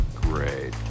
great